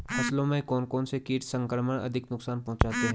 फसलों में कौन कौन से कीट संक्रमण अधिक नुकसान पहुंचाते हैं?